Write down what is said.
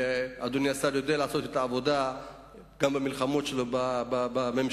ואדוני השר יודע לעשות את העבודה גם במלחמות שלו בממשלה,